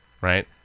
right